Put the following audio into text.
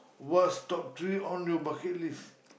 what's top three on your bucket list